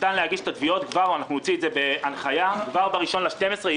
ניתן להגיש את התביעות כבר באחד בדצמבר,